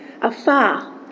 afar